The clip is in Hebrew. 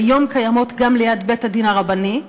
שהיום קיימות גם ליד בית-הדין הרבני.